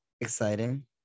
exciting